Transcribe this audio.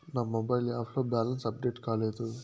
నా mobile app లో balance update కాలేదు